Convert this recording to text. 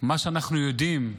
ומה שאנחנו יודעים,